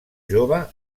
jove